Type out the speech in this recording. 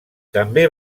també